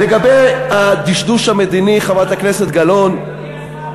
לגבי הטשטוש המדיני, חברת הכנסת גלאון, אדוני השר,